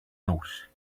note